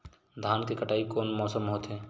धान के कटाई कोन मौसम मा होथे?